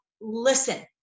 listen